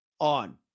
on